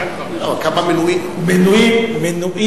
2,500. מנועים אין,